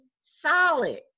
solid